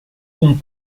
con